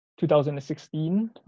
2016